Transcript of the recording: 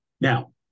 Now